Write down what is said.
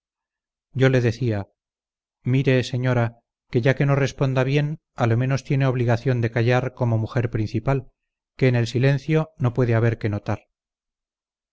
yo le decía mire señora que ya que no responda bien a lo menos tiene obligación de callar como mujer principal que en el silencio no puede haber que notar